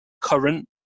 current